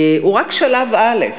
הוא רק שלב א',